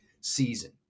season